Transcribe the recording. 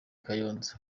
kayonza